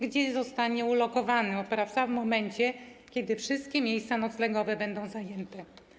Gdzie zostanie ulokowany oprawca w momencie, kiedy wszystkie miejsca noclegowe będą zajęte?